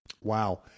Wow